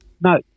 No